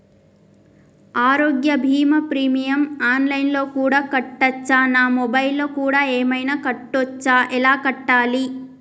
ఆరోగ్య బీమా premium online లో కూడా కట్టచ్చా? నా మొబైల్లో కూడా ఏమైనా కట్టొచ్చా? ఎలా కట్టాలి?